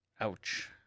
Ouch